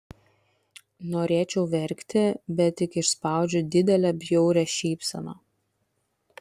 norėčiau verkti bet tik išspaudžiu didelę bjaurią šypseną